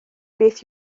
beth